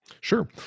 Sure